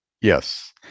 yes